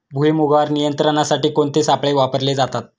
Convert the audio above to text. भुईमुगावर नियंत्रणासाठी कोणते सापळे वापरले जातात?